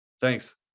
Thanks